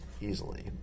easily